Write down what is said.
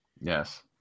Yes